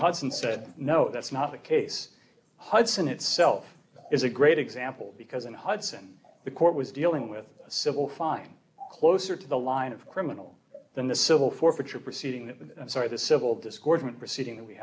hudson said no that's not the case hudson itself is a great example because in hudson the court was dealing with a civil fine closer to the line of criminal than the civil forfeiture proceeding that i'm sorry the civil discordant proceeding that we